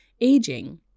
aging